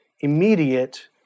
immediate